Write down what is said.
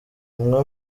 umwe